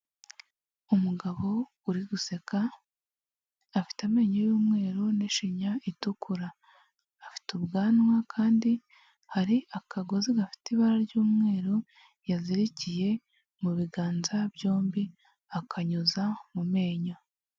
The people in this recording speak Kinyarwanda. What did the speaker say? Umugabo uri guseka afite amenyo y'umweru n'ishinya itukura, afite ubwanwa kandi hari akagozi gafite ibara ry'umweru yazirikiye mu biganza byombi akanyuza mu menyo.